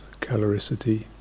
caloricity